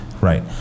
Right